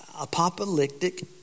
apocalyptic